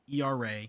ERA